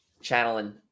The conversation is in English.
channeling